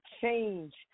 change